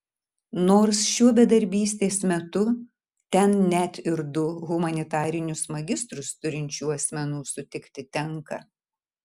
nors šiuo bedarbystės metu ten net ir du humanitarinius magistrus turinčių asmenų sutikti tenka